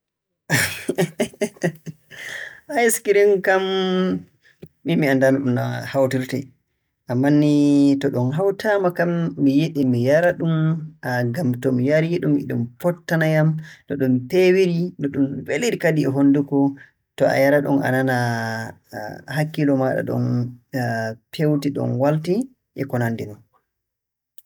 Ayisikirim kam miin mi anndaa no ɗum maa hawtortee. Ammaa ni, to ɗum hawtaama kam, mi yiɗi mi yara-ɗum, ngam to mi yarii-ɗum e ɗum fottana yam. No ɗum feewiri, no ɗum weliri kadi e honnduko. To a yara ɗum a nana hakkiilo maaɗa ɗon feewiri, ɗon waaltii e ko nanndi non.